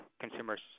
consumers